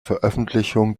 veröffentlichung